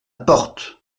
porte